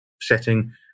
setting